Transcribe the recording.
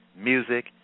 music